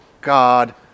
God